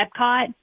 Epcot